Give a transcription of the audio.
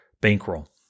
bankroll